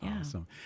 Awesome